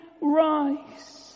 rise